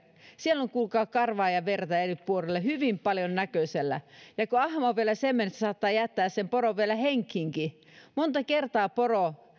siellä on kuulkaa karvaa ja verta eri puolilla hyvin paljon näkösällä ahma on vielä semmoinen että se saattaa jättää sen poron vielä henkiinkin monta kertaa poro